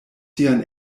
sian